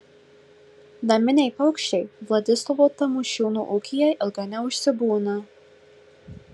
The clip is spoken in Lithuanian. naminiai paukščiai vladislovo tamošiūno ūkyje ilgai neužsibūna